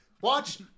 Watch